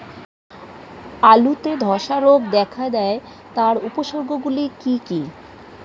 আলুতে ধ্বসা রোগ দেখা দেয় তার উপসর্গগুলি কি কি?